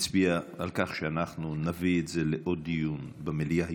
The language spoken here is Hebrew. מצביע על כך שנביא את זה לעוד דיון במליאה,